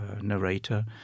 narrator